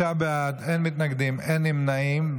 חמישה בעד, אין מתנגדים, אין נמנעים.